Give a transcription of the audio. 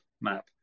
map